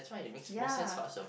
ya